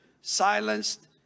silenced